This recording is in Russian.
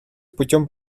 путем